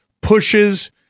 pushes